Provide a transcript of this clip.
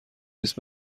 نیست